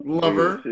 lover